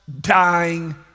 dying